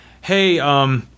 hey